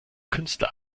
künstler